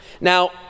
Now